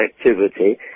activity